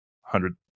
hundred